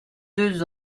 deux